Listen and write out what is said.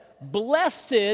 Blessed